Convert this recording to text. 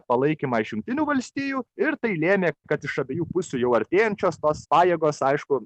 palaikymą iš jungtinių valstijų ir tai lėmė kad iš abiejų pusių jau artėjančios tos pajėgos aišku